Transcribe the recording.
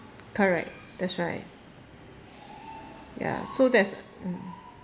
correct that's right ya so there's mm